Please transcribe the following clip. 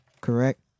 correct